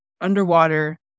underwater